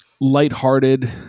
lighthearted